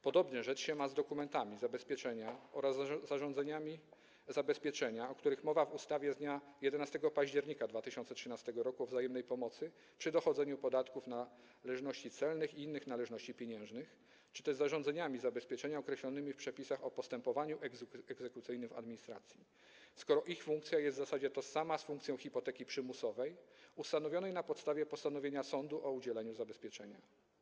Podobnie rzecz się ma z dokumentami zabezpieczenia oraz zarządzeniami zabezpieczenia, o których mowa w ustawie z dnia 11 października 2013 r. o wzajemnej pomocy przy dochodzeniu podatków, należności celnych i innych należności pieniężnych, czy też zarządzeniami zabezpieczenia określonymi w przepisach o postępowaniu egzekucyjnym w administracji, skoro ich funkcja jest w zasadzie tożsama z funkcją hipoteki przymusowej ustanowionej na podstawie postanowienia sądu o udzieleniu zabezpieczenia.